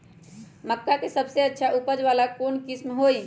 मक्का के सबसे अच्छा उपज वाला कौन किस्म होई?